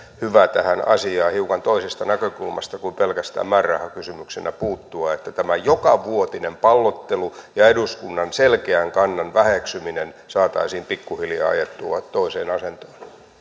hyvä tähän asiaan hiukan toisesta näkökulmasta kuin pelkästään määrärahakysymyksenä puuttua että tämä jokavuotinen pallottelu ja eduskunnan selkeän kannan väheksyminen saataisiin pikkuhiljaa ajettua toiseen asentoon